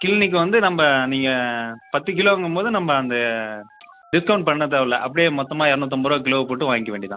கிளீனிக்கு வந்து நம்ம நீங்கள் பத்து கிலோங்கும் போது நம்ம அந்த டிஸ்கவுண்ட் பண்ண தேவை இல்லை அப்படியே மொத்தமாக இரநூத்தம்பது ருபா கிலோவுக்கு போட்டு வாங்கிக்க வேண்டியது தான்